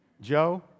Joe